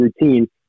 routine